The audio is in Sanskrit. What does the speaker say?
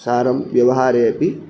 सारं व्यवहारे अपि